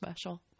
special